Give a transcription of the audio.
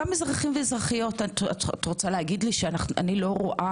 גם אזרחים ואזרחיות את רוצה לומר לי שאיני רואה